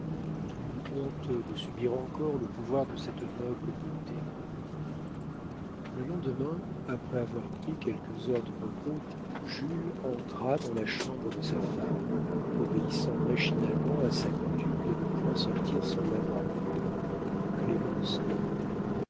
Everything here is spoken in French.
tout honteux de subir encore le pouvoir de cette noble beauté le lendemain après avoir pris quelques heures de repos jules entra dans la chambre de sa femme obéissant machinalement à sa coutume de ne point sortir sans l'avoir vue clémence dormait